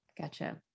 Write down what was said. gotcha